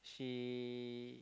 she